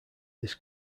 this